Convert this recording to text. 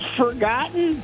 forgotten